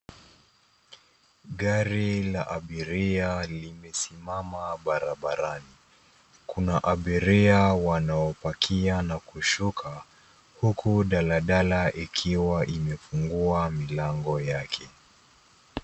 Gari la abiria limesimama barabarani. Kuna abiria wanaopakia na kushuka, huku daladala ikiwa imefungua milango yake.